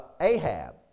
Ahab